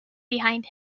behind